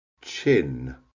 chin